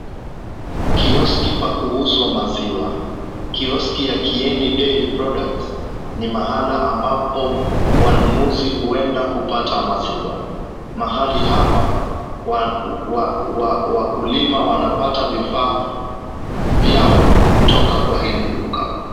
Kioski pa kuuzwa maziwa, kioski ya Kieni dairy products ni mahala ambapo wanunuzi huenda kupata maziwa, mahali hapa wakulima hupata kifaa vyao kutoka kwa hili duka.